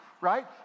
right